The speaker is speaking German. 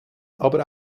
aber